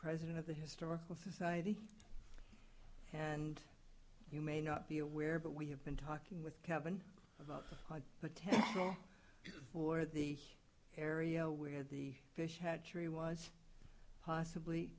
president of the historical society and you may not be aware but we have been talking with cabin about the potential for the area where the fish hatchery was possibly